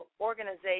organization